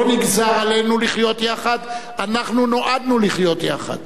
לא נגזר עלינו לחיות יחד, אנחנו נועדנו לחיות יחד.